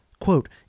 quote